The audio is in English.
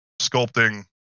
sculpting